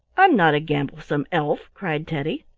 i'm not a gamblesome elf! cried teddy.